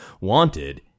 wanted